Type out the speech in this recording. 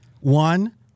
One